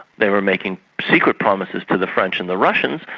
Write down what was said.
they were making secret promises to the french and the russians,